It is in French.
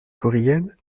korigane